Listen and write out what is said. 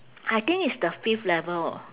I think it's the fifth level orh